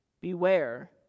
Beware